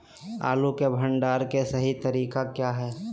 आलू के भंडारण के सही तरीका क्या है?